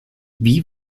wie